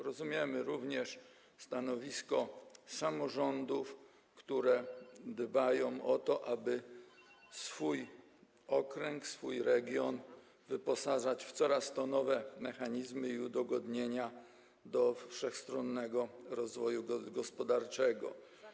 Rozumiemy również stanowisko samorządów, które dbają o to, aby swoje okręgi, swoje regiony wyposażać w coraz to nowe mechanizmy i udogodnienia potrzebne do wszechstronnego rozwoju gospodarczego.